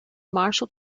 marshall